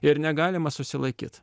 ir negalima susilaikyt